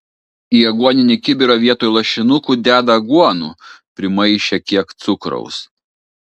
į aguoninį kibiną vietoj lašinukų deda aguonų primaišę kiek cukraus